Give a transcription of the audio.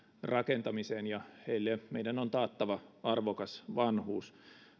rakentamiseen ja heille meidän on taattava arvokas vanhuus